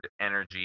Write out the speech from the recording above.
energy